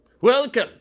Welcome